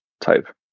type